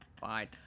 fine